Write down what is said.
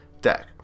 deck